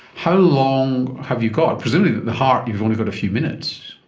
how long have you got? presumably with the heart you've only got a few minutes.